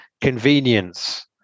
Convenience